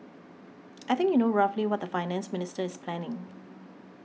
I think you know roughly what the Finance Minister is planning